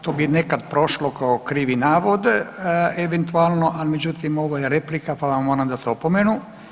To bi nekako prošlo kao krivi navod eventualno, ali međutim ovo je replika pa vam moram dat opomenu.